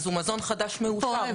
אז הוא מזון חדש מאושר.